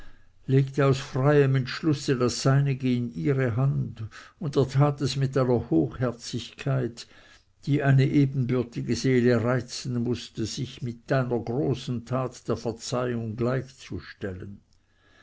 legte aus freiem entschlusse das seinige in ihre hand und er tat es mit einer hochherzigkeit die eine ebenbürtige seele reizen mußte sich ihr mit einer großen tat der verzeihung gleichzustellen